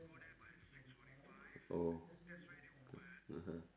oh (uh huh)